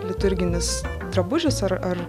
liturginis drabužis ar ar